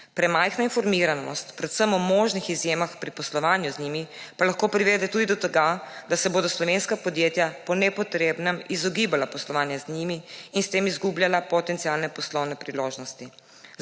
Premajhna informiranost predvsem o možnih izjemah pri poslovanju z njimi pa lahko privede tudi do tega, da se bodo slovenska podjetja po nepotrebnem izogibala poslovanja z njimi in s tem izgubljala potencialne poslovne priložnosti.